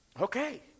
Okay